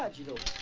ah you don't